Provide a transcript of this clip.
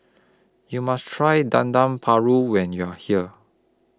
YOU must Try Dendeng Paru when YOU Are here